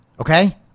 Okay